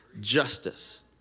justice